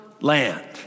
land